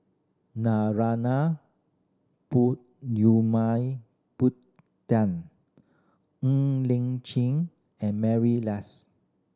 Narana Ng Lin Chin and Mary Lass